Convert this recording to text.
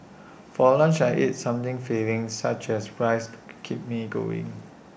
for lunch I eat something filling such as rice to keep me going